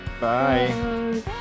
bye